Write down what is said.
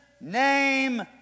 name